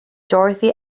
dorothy